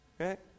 okay